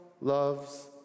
loves